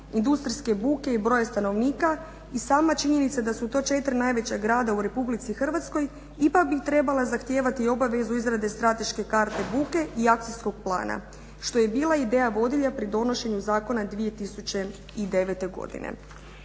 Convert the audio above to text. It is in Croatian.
industrijske buke i broja stanovnika i sama činjenica da su to četiri najveća grada u Republici Hrvatskoj ipak bi trebala zahtijevati obavezu izrade strateške karte buke i akcijskog plana što je i bila ideja vodilja pri donošenju zakona 2009. godine.